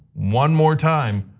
one more time,